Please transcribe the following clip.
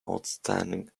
outstanding